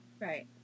Right